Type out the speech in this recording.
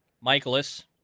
Michaelis